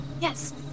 Yes